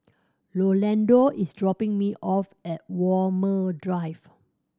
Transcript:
Rolando is dropping me off at Walmer Drive